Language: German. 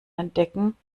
entdecken